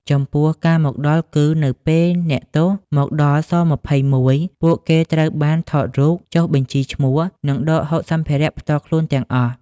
ចំពោះ ការមកដល់គឺ នៅពេលអ្នកទោសមកដល់ ស-២១ ពួកគេត្រូវបានថតរូប ចុះបញ្ជីឈ្មោះ និងដកហូតសម្ភារៈផ្ទាល់ខ្លួនទាំងអស់។